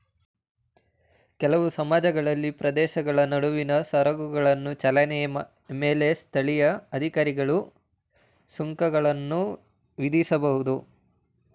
ಕೆಲವು ಸಮಾಜಗಳಲ್ಲಿ ಪ್ರದೇಶಗಳ ನಡುವಿನ ಸರಕುಗಳ ಚಲನೆಯ ಮೇಲೆ ಸ್ಥಳೀಯ ಅಧಿಕಾರಿಗಳು ಸುಂಕಗಳನ್ನ ವಿಧಿಸಬಹುದು